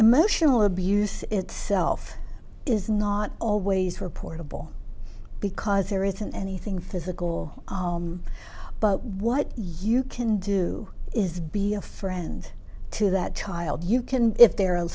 emotional abuse itself is not always reportable because there isn't anything physical but what you can do is be a friend to that child you can if the